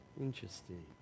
Interesting